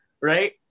right